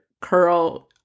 curl